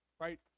right